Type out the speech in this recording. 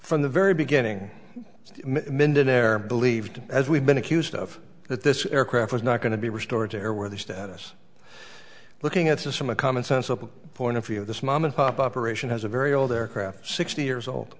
from the very beginning mindon air believed as we've been accused of that this aircraft is not going to be restored to or where they stand us looking at this from a common sense of a point of view of this mom and pop operation has a very old aircraft sixty years old